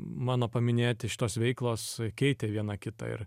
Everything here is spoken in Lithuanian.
mano paminėti šitos veiklos keitė viena kitą ir